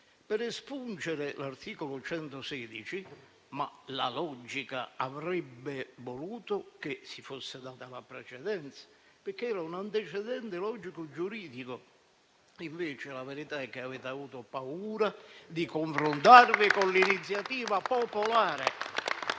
per espungere l'articolo 116, la logica avrebbe voluto che ad esso si fosse data la precedenza, perché era un antecedente logico-giuridico. Invece, la verità è che avete avuto paura di confrontarvi con l'iniziativa popolare.